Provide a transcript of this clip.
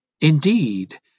indeed